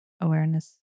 awareness